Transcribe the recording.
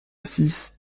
six